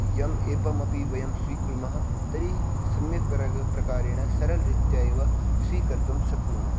यम् एवमपि वयं स्वीकुर्मः तर्हि सम्यक् प्र् प्रकारेण सरलरीत्या एव स्वीकर्तुं शक्नुमः